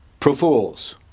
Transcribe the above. Profools